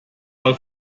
mal